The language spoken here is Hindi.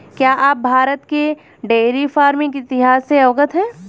क्या आप भारत के डेयरी फार्मिंग इतिहास से अवगत हैं?